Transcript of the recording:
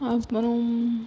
அப்புறம்